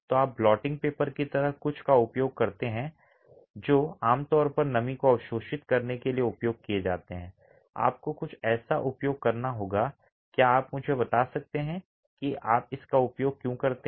तो आप blotting paper की तरह कुछ का उपयोग करते हैं जो आमतौर पर नमी को अवशोषित करने के लिए उपयोग किया जाता है आपको कुछ ऐसा उपयोग करना होगा क्या आप मुझे बता सकते हैं कि आप इसका उपयोग क्यों करते हैं